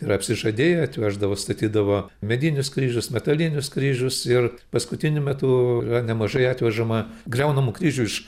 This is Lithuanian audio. ir apsižadėję atveždavo statydavo medinius kryžius metalinius kryžius ir paskutiniu metu yra nemažai atvežama griaunamų kryžių iš